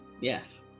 Yes